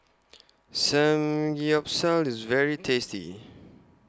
Samgyeopsal IS very tasty